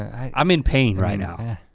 i mean pain right now.